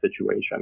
situation